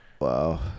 Wow